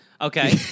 Okay